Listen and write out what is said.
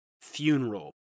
funeral